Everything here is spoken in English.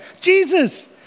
Jesus